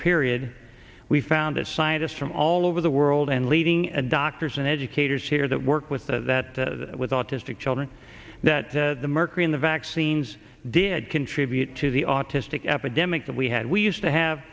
period we found that scientists from all over the world and leading and doctors and educators here that work with that with autistic children that the mercury in the vaccines did contribute to the autistic epidemic that we had we used to